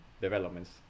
developments